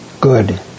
good